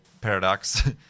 paradox